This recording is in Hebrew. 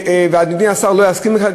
ואדוני השר לא יסכים לזה,